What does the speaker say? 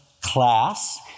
class